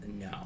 No